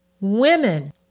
women